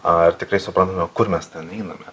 ar tikrai suprantame kur mes ten einame